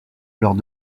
lors